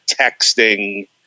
texting